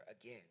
again